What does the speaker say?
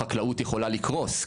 החקלאות יכולה לקרוס,